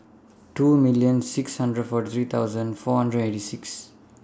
two million six hundred forty three thousand four hundred and eighty six